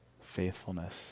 faithfulness